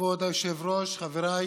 כבוד היושב-ראש, חבריי